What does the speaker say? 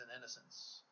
innocence